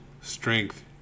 strength